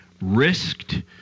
risked